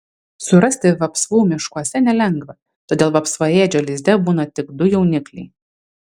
surasti vapsvų miškuose nelengva todėl vapsvaėdžio lizde būna tik du jaunikliai